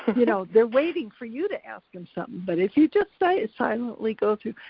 you know, they're waiting for you to ask em something, but if you just so silently go through,